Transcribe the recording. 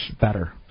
better